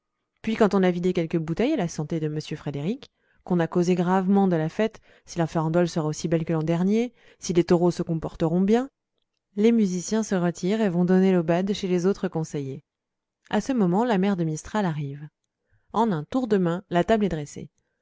puis quand on a vidé quelques bouteilles à la santé de m frédéric qu'on a causé gravement de la fête si la farandole sera aussi belle que l'an dernier si les taureaux se comporteront bien les musiciens se retirent et vont donner l'aubade chez les autres conseillers à ce moment la mère de mistral arrive en un tour de main la table est dressée